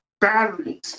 Batteries